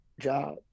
job